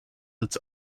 its